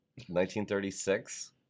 1936